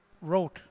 wrote